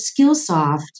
Skillsoft